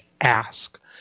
ask